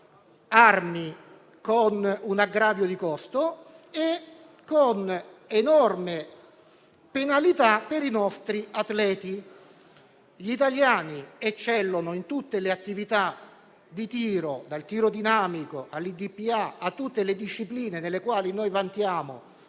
armi con un aggravio di costo e con enorme penalità per i nostri atleti. Gli italiani eccellono in tutte le attività di tiro, dal tiro dinamico all'IDPA, e in tutte le discipline nelle quali noi vantiamo,